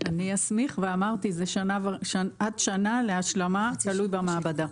אני אסמיך ואמרתי זה עד שנה להשלמה, תלוי במעבדה.